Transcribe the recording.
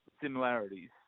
similarities